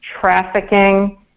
trafficking